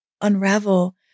unravel